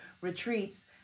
retreats